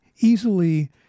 easily